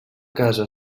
casa